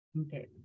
Okay